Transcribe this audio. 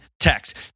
Text